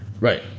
right